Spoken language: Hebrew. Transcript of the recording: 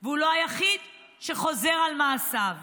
הוא לא היחיד שחוזר על מעשיו.